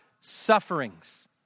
sufferings